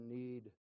need